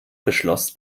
beschloss